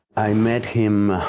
i met him